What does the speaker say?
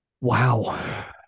Wow